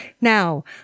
now